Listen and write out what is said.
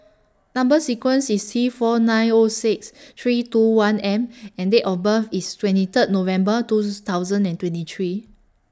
Number sequence IS T four nine O six three two one M and Date of birth IS twenty Third November two thousand and twenty three